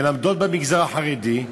מלמדות במגזר החרדי,